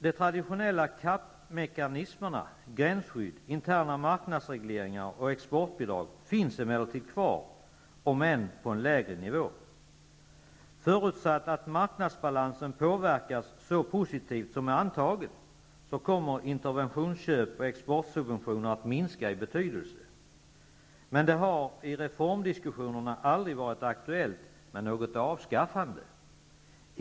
De traditionella CAP-mekanismerna -- gränsskydd, interna marknadsregleringar och exportbidrag -- finns emellertid kvar, om än på en lägre nivå. Förutsatt att marknadsbalansen påverkas så positivt som är antaget, kommer interventionsköp och exportsubventioner att minska i betydelse, men det har i reformdiskussionerna aldrig varit aktuellt med något avskaffande.